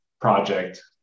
project